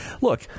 look